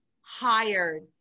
hired